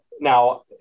Now